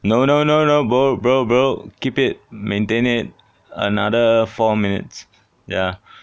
no no no rubber burwell keep it maintain it another four minutes ya